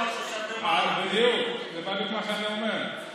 זה בדיוק מה שאני אומר,